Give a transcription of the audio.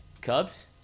Cubs